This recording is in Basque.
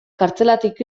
kartzelatik